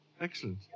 Excellent